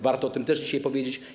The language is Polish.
Warto o tym też dzisiaj powiedzieć.